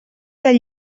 del